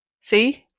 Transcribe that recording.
see